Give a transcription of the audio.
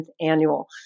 annual